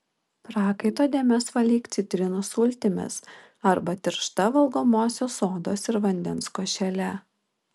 prakaito dėmes valyk citrinų sultimis arba tiršta valgomosios sodos ir vandens košele